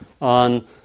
on